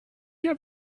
have